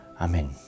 Amen